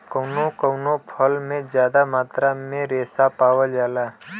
कउनो कउनो फल में जादा मात्रा में रेसा पावल जाला